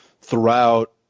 throughout